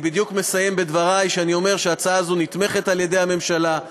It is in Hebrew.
אני בדיוק מסיים את דברי ואני אומר שההצעה הזאת נתמכת על-ידי הממשלה,